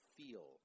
feel